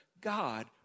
God